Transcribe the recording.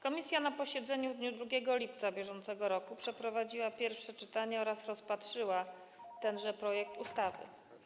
Komisja na posiedzeniu w dniu 2 lipca br. przeprowadziła pierwsze czytanie oraz rozpatrzyła tenże projekt ustawy.